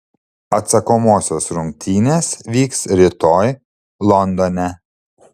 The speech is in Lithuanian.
atsakomosios rungtynės vyks rytoj londone